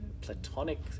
Platonic